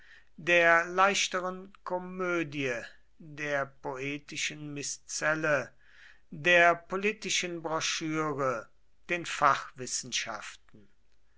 der leichteren komödie der poetischen miszelle der politischen broschüre den